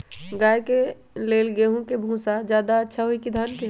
गाय के ले गेंहू के भूसा ज्यादा अच्छा होई की धान के?